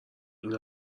این